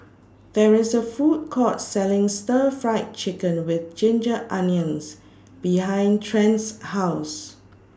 There IS A Food Court Selling Stir Fried Chicken with Ginger Onions behind Trent's House